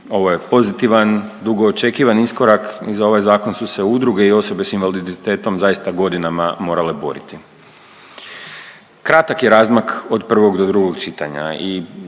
ovo je pozitivan dugo očekivan iskorak i za ovaj zakon su se udruge i osobe s invaliditetom zaista godinama morale boriti. Kratak je razmak od prvog do drugog čitanja i